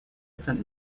sent